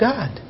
God